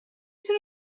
تونه